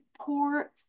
poor